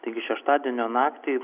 taigi šeštadienio naktį